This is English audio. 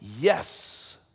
Yes